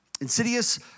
insidious